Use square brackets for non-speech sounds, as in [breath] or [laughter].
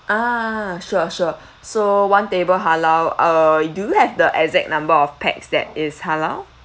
ah sure sure [breath] so one table halal uh do you have the exact number of pax that is halal